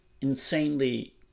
insanely